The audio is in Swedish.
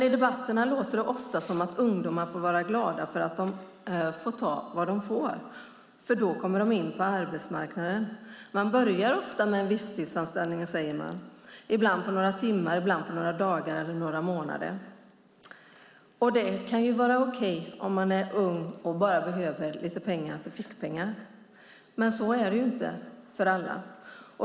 I debatterna låter det ofta som att ungdomar får vara glada över och ta vad de får, för då kommer de in på arbetsmarknaden. Man börjar ofta med en visstidsanställning, ibland på några timmar, ibland på några dagar eller några månader. Det kan vara okej om man är ung och bara behöver lite fickpengar, men så är det inte för alla.